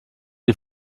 die